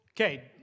okay